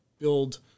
build